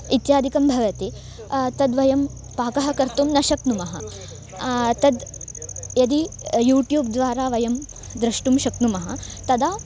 इत्यादिकं भवति तद्वयं पाकः कर्तुं न शक्नुमः तद् यदि यूट्युब् द्वारा वयं द्रष्टुं शक्नुमः तदा